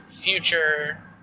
future